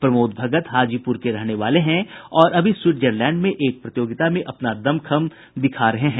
प्रमोद भगत हाजीपुर के रहने वाले हैं और अभी स्वीट्जरलैंड में एक प्रतियोगिता में अपना दमखम दिखा रहे हैं